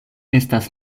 estas